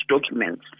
documents